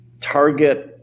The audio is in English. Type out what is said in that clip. target